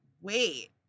wait